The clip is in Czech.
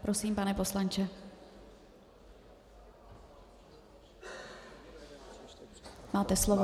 Prosím, pane poslanče, máte slovo.